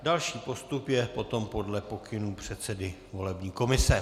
Další postup je potom podle pokynů předsedy volební komise.